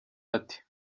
ati